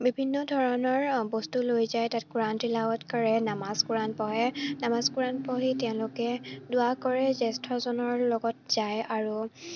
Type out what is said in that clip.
বিভিন্ন ধৰণৰ বস্তু লৈ যায় তাত কোৰাণ তিলাৱত কৰে নামাজ কোৰাণ পঢ়ে নামাজ কোৰাণ পঢ়ি তেওঁলোকে দোৱা কৰে জ্যেষ্ঠজনৰ লগত যায় আৰু